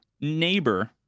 neighbor